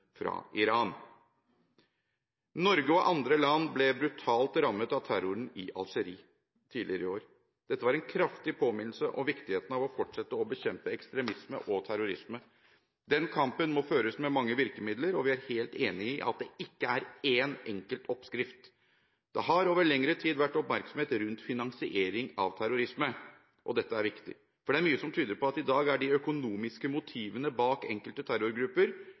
fra Iran. Norge og andre land ble brutalt rammet av terroren i Algerie tidligere i år. Dette er en kraftig påminnelse om viktigheten av å fortsette å bekjempe ekstremisme og terrorisme. Den kampen må føres med mange virkemidler, og vi er helt enig i at det ikke er én enkelt oppskrift. Det har over lengre tid vært oppmerksomhet rundt finansiering av terrorisme, og dette er viktig. For det er mye som tyder på at i dag er de økonomiske motivene bak enkelte terrorgrupper